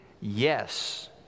yes